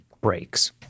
breaks